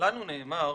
לנו נאמר